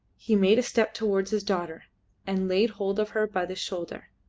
he made a step towards his daughter and laid hold of her by the shoulder,